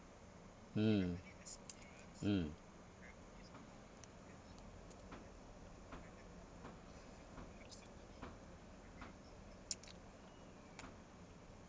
mm mm